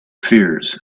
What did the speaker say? fears